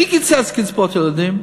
מי קיצץ קצבאות ילדים?